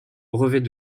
brevet